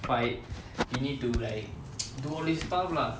fight you need to like do all this stuff lah